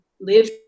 live